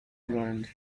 zealand